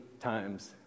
times